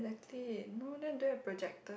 exactly no then I don't have projector